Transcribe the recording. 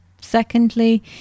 Secondly